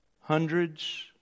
hundreds